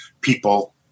people